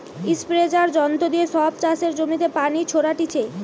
স্প্রেযাঁর যন্ত্র দিয়ে সব চাষের জমিতে পানি ছোরাটিছে